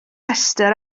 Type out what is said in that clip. rhestr